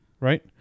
right